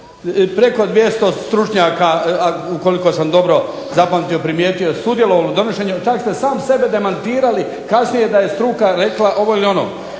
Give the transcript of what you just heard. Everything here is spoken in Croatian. Preko 200 stručnjaka, a ukoliko sam dobro zapamtio, primijetio je sudjelovalo u donošenju. Čak ste sam sebe demantirali kasnije da je struka rekla ovo ili ono.